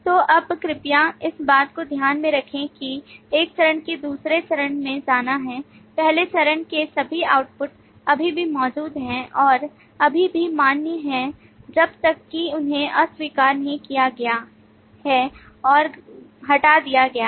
तो अब कृपया इस बात को ध्यान में रखें कि एक चरण से दूसरे चरण में जाना है पहले चरण के सभी output अभी भी मौजूद हैं और अभी भी मान्य हैं जब तक कि उन्हें अस्वीकार नहीं किया गया है और हटा दिया गया है